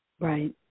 right